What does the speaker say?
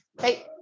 Hey